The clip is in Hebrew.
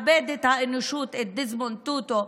כשהאנושות מאבדת את דזמונד טוטו,